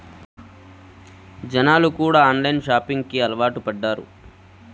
జనాలు కూడా online shopping కి అలవాటు పడ్డారు